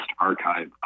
archive